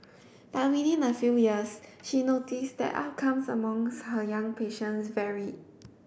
but within a few years she notice that outcomes among her young patients vary